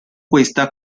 questa